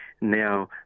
now